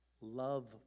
love